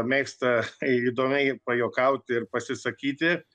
mėgsta įdomiai pajuokauti ir pasisakyti